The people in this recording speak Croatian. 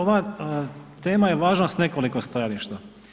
Ova tema je važna s nekoliko stajališta.